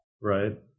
right